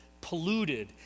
polluted